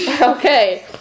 Okay